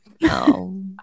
No